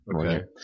okay